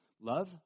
love